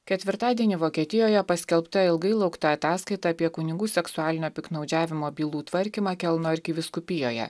ketvirtadienį vokietijoje paskelbta ilgai laukta ataskaita apie kunigų seksualinio piktnaudžiavimo bylų tvarkymą kelno arkivyskupijoje